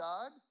God